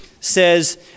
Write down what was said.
says